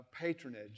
patronage